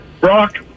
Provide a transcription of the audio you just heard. Brock